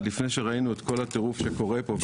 עד לפני שראינו את כל הטירוף שקורה פה,